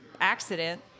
accident